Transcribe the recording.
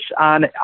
on